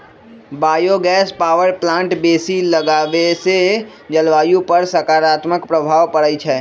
bio gas power plant बेशी लगाबेसे जलवायु पर सकारात्मक प्रभाव पड़इ छै